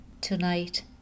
tonight